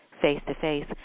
face-to-face